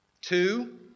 Two